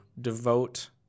devote